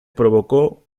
provocó